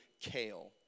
kale